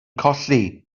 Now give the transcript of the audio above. colli